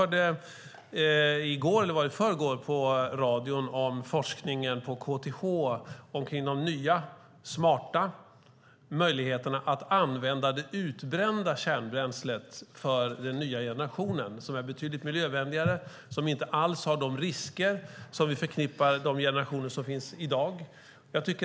Jag hörde i går eller om det var i förrgår på radio om forskningen på KTH om de nya smarta möjligheterna att använda det utbrända kärnbränslet för den nya generationen som är betydligt miljövänligare och som inte alls har de risker som vi förknippar med de kärnkraftsgenerationer som finns i dag.